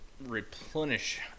replenish